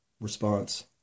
response